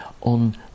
on